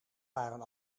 waren